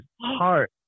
heart